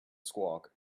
squawk